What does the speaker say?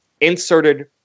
inserted